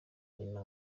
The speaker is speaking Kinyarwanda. nyina